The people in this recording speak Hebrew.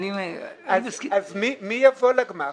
אז מי יבוא לגמ"ח?